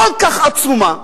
כל כך עצומה,